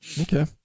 Okay